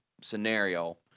scenario